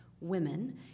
women